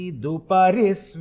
duparis